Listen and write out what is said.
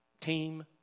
team